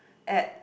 at